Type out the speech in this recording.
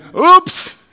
oops